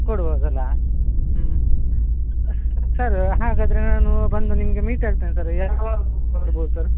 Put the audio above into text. ಕೊಡ್ಬೋದಲ್ವಾ ಹ್ಞೂ ಸರ್ ಹಾಗಾದರೆ ನಾನು ಬಂದು ನಿಮಗೆ ಮೀಟ್ ಆಗ್ತೇನೆ ಸರ್ ಯಾವಾಗ ಬರ್ಬೋದು ಸರ್